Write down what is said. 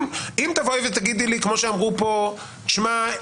אם תבואי ותגידי לי כמו שאמרו פה: תשמע,